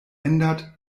ändert